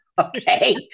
okay